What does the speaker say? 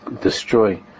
destroy